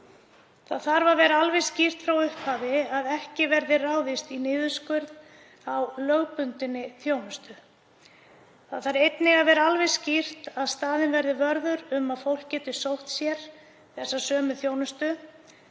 Það þarf að vera alveg skýrt frá upphafi að ekki verði ráðist í niðurskurð á lögbundinni þjónustu. Það þarf einnig að vera alveg skýrt að staðinn verði vörður um að fólk hafi aðgang að sömu þjónustu